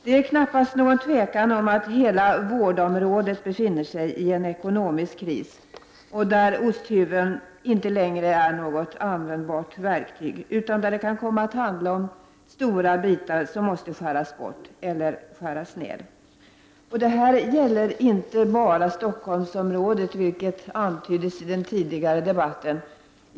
Det är knappast något tvivel om att hela vårdområdet befinner sig i en ekonomisk kris, där osthyveln inte längre är något användbart verktyg utan där det kan komma att handla om att stora bitar måste skäras bort eller skäras ned. Det här gäller inte bara inom Stockholmsområdet, vilket antyddes i den tidigare debatten.